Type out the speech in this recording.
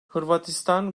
hırvatistan